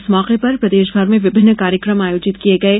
इस मौके पर प्रदेश भर में विभिन्न कार्यक्रम आयोजित किए गये